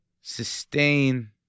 sustain